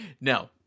No